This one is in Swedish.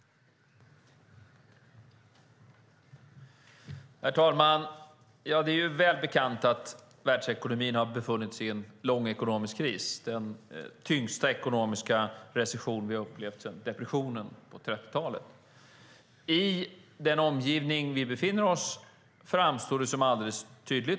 Svara på det!